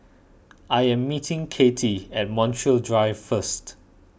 I am meeting Kati at Montreal Drive first